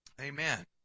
Amen